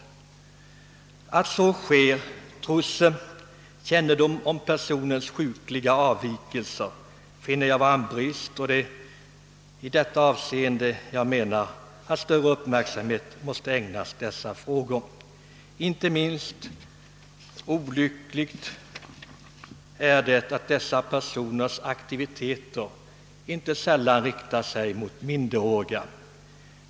Att man förfar på detta sätt trots kännedom om personens sjukliga avvikelser finner jag vara en brist, och det är i detta avseende som man enligt min mening måste ägna större uppmärksamhet åt dessa frågor. Inte minst olyckligt är det, att dessa personers aktiviteter inte sällan riktar sig mot minderåriga.